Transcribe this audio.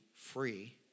free